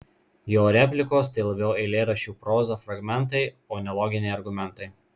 jo replikos tai labiau eilėraščių proza fragmentai o ne loginiai argumentai